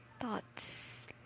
thoughts